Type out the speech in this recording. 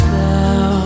now